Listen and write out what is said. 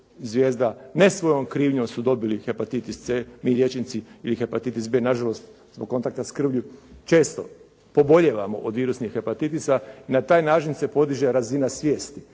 zvijezda, ne svojom krivnjom su dobili hepatitis c ili hepatitis b, mi liječnici na žalost zbog kontakta s krvlju često pobolijevamo od virusnih hepatitisa. Na taj način se podiže razina svijesti.